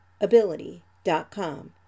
ability.com